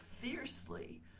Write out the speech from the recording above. fiercely